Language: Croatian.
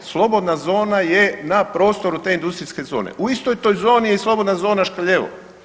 Slobodna zona je na prostoru te industrijske zone, u istoj toj zoni je i slobodna zona Škrljevo.